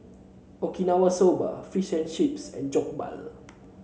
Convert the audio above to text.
Okinawa Soba Fish and Chips and Jokbal